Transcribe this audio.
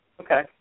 Okay